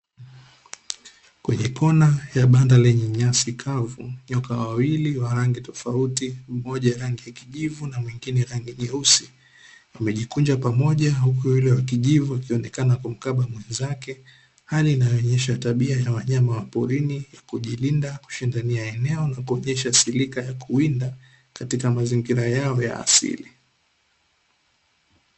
Kwenye kona ya banda lenye nyasi kavu. Nyoka wawili wa rangi tofauti mmoja rangi ya kijivu na mwingine nyeusi, wamejikunja pamoja uku yule wa kijivu akionekana kumkaba mwenzake, hali inayooneshwa na wanyama wa porini ya kujilinda kushindania eneo la kuonesha sirika ya kuwinda katika mazingira yao ya asili.